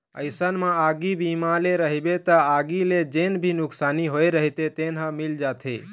अइसन म आगी बीमा ले रहिबे त आगी ले जेन भी नुकसानी होय रहिथे तेन ह मिल जाथे